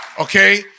Okay